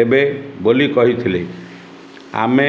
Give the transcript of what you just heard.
ଦେବେ ବୋଲି କହିଥିଲେ ଆମେ